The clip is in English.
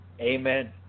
Amen